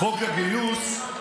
חוק הגיוס,